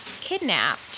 kidnapped